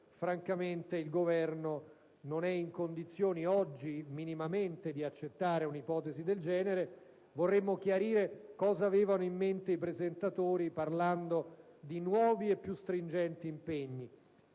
onestamente il Governo oggi non è minimamente in condizione di accettare un'ipotesi del genere. Vorremmo chiarire cosa avevano in mente i presentatori parlando di nuovi e più stringenti impegni.